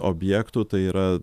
objektų tai yra